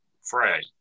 fray